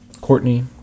Courtney